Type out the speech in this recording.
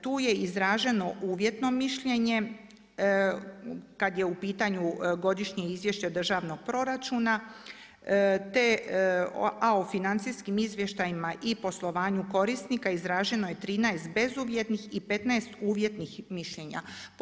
Tu je izraženo uvjetno mišljenje, kad je u pitanju godišnje izvješće državnog proračuna, te a o financijskim izvještajima i poslovanju korisnika izraženo je 13 bezuvjetnih i 15 uvjetnih mišljenja.